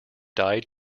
died